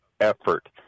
effort